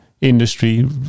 industry